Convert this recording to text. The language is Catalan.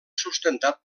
sustentat